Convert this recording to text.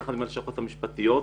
יחד עם הלשכות המשפטיות,